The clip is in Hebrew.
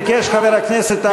ביקש חבר הכנסת אחמד טיבי,